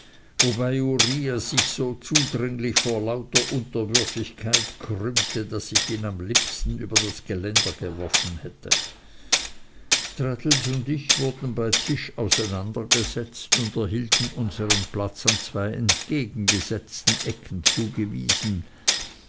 wobei uriah sich so zudringlich vor lauter unterwürfigkeit krümmte daß ich ihn am liebsten über das geländer geworfen hätte traddles und ich wurden bei tisch auseinander gesetzt und erhielten unsern platz an zwei entgegengesetzten ecken zugewiesen